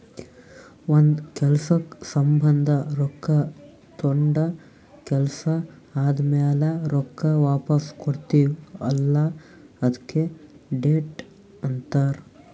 ಒಂದ್ ಕೆಲ್ಸಕ್ ಸಂಭಂದ ರೊಕ್ಕಾ ತೊಂಡ ಕೆಲ್ಸಾ ಆದಮ್ಯಾಲ ರೊಕ್ಕಾ ವಾಪಸ್ ಕೊಡ್ತೀವ್ ಅಲ್ಲಾ ಅದ್ಕೆ ಡೆಟ್ ಅಂತಾರ್